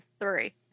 three